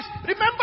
Remember